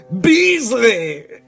Beasley